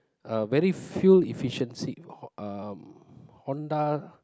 uh very fuel efficiency Ho~ um Honda